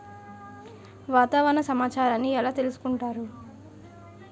వాతావరణ సమాచారాన్ని ఎలా తెలుసుకుంటారు?